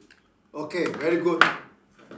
okay very good